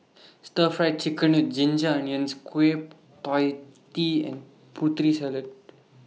Stir Fry Chicken with Ginger Onions Kueh PIE Tee and Putri Salad